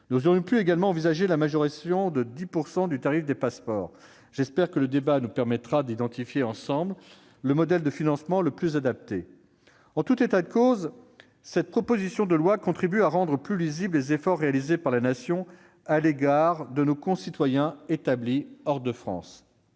Nous aurions pu également envisager la majoration de 10 % du tarif des passeports. J'espère que le débat nous permettra d'identifier ensemble le modèle de financement le plus adapté. En tout état de cause, cette proposition de loi contribue à rendre plus lisibles les efforts réalisés par la Nation en faveur de nos concitoyens établis hors de France.